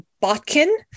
Botkin